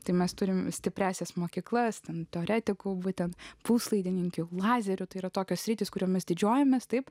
tai mes turime stipriąsias mokyklas ten teoretikų būtent puslaidininkių lazerių tai yra tokios sritys kuriomis didžiuojamės taip